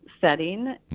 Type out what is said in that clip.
setting